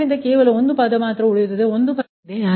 ಆದ್ದರಿಂದ ಇಲ್ಲಿ ಕೇವಲ ಒಂದು ಪದ ಮಾತ್ರ ಉಳಿಯುತ್ತದೆ ಒಂದು ಪದ ಇರುತ್ತದೆ